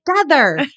together